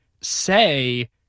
say